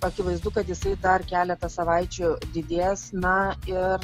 akivaizdu kad jisai dar keletą savaičių didės na ir